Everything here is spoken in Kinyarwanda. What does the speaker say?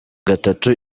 gatatu